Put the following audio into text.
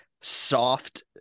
soft